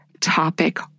topic